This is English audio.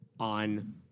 on